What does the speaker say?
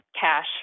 cash